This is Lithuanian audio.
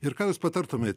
ir ką jūs patartumėt